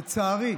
לצערי,